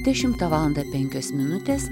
dešimtą valandą penkios minutės